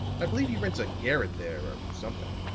i believe he rents a garret there, or something.